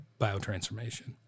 biotransformation